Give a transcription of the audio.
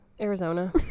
Arizona